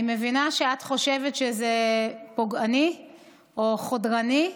אני מבינה שאת חושבת שזה פוגעני או חודרני,